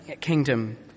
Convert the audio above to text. kingdom